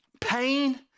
pain